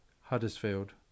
Huddersfield